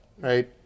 right